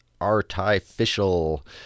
Artificial